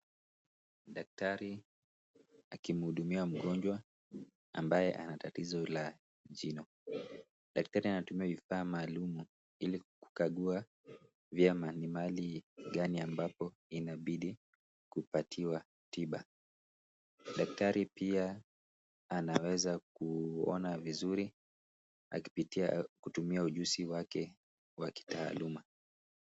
Daktari akimhudumia mgonjwa ambaye anatatizo la jino. Daktari anatumia vifaa maalumu, ili kukagua vyema ni mahali gani, ambapo inabidi kupatiwa tiba. Daktari pia, anaweza kuona vizuri, kutumia ujuzi wake wa kitaaluma.